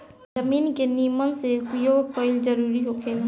जमीन के निमन से उपयोग कईल जरूरी होखेला